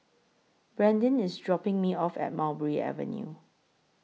Brandin IS dropping Me off At Mulberry Avenue